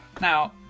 Now